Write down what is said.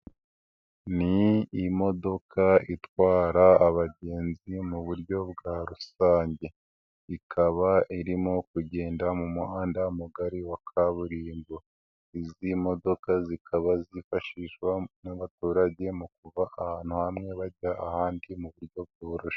Ni imodokadoka itwara abagenzi mu buryo bwa rusange ikaba irimo kugenda mu muhanda mugari wa kaburimbo, izi modoka zikaba zifashishwa n'abaturage mu kuva ahantu hamwe bajya ahandi mu buryo bworoshye.